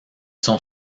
sont